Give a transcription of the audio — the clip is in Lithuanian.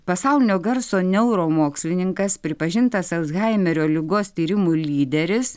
pasaulinio garso neuromokslininkas pripažintas alzheimerio ligos tyrimų lyderis